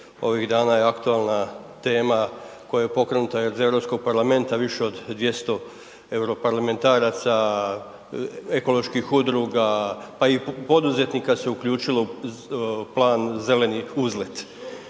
ovih dana je aktualna tema koja je pokrenuta iz Europskog parlamenta, više od 200 europarlamentaraca, ekoloških udruga pa i poduzetnika se uključilo u plan Zeleni uzlet.